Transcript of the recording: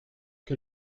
que